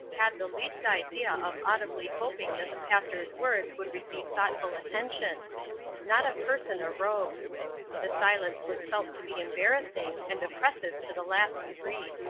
had the least idea of audibly hoping that the pastor's words would receive thoughtful attention not a person arose the silence was felt to be embarrassing and oppressive to the last degree.